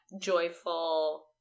joyful